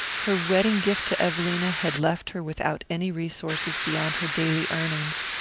her wedding gift to evelina had left her without any resources beyond her daily earnings,